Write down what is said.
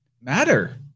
matter